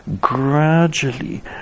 gradually